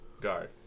guard